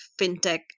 FinTech